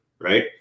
right